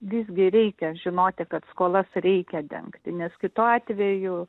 visgi reikia žinoti kad skolas reikia dengti nes kitu atveju